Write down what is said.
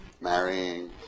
marrying